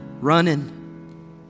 Running